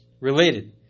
related